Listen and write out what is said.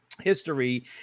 History